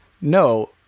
no